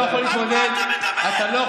לא יעזור לך.